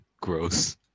Gross